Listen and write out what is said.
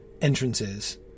entrances